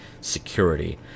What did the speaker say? security